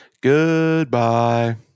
Goodbye